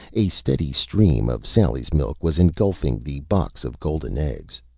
a steady stream of sally's milk was engulfing the box of golden eggs.